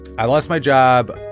i lost my job.